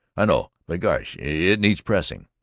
i know, but gosh, it needs pressing.